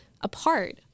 apart